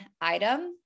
item